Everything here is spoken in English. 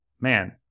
man